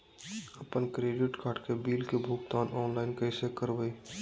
अपन credit card के bill के भुगतान ऑनलाइन कैसे करबैय?